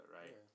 right